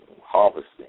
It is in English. harvesting